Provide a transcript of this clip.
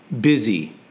busy